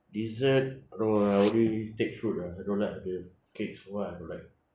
dessert uh only take fruit ah I don't like the cakes one I don't like